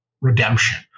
redemption